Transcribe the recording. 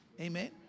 Amen